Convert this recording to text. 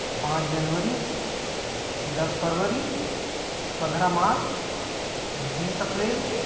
पाँच जनवरी दस फरवरी पन्द्रह मार्च बीस अप्रैल